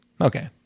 Okay